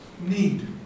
need